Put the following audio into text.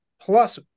plus